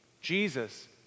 Jesus